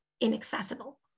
inaccessible